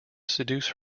seduce